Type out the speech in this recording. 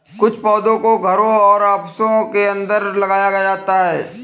कुछ पौधों को घरों और ऑफिसों के अंदर लगाया जाता है